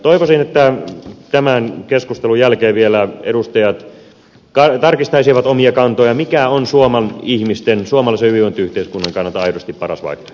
toivoisin että tämän keskustelun jälkeen vielä edustajat tarkistaisivat omia kantojaan sen suhteen mikä on suomen ihmisten suomalaisen hyvinvointiyhteiskunnan kannalta aidosti paras vaihtoehto